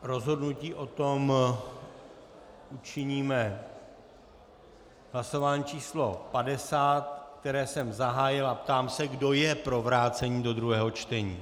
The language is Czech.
Rozhodnutí o tom učiníme v hlasování pořadové číslo 50, které jsem zahájil, a ptám se, kdo je pro vrácení do druhého čtení.